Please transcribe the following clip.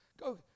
Go